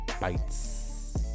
bites